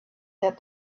that